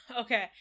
okay